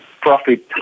profit